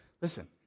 listen